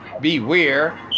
Beware